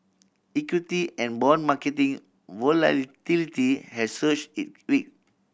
equity and bond marketing has surge it week